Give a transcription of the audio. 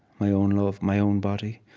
my own love, my own body.